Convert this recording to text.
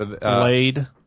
Blade